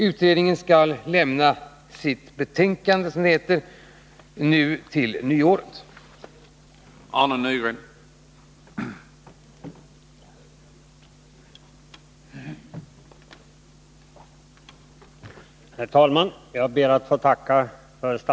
Utredningen kommer att avlämna ett betänkande vid årsskiftet 1980 1981.